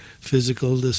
physical